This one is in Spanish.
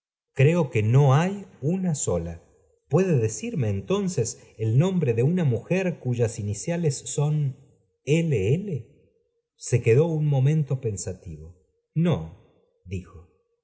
creo que no hay una sola puede decirme entonces el nombre de una mujer cuyas iniciales son l l se quedó un momento pensativo no dijo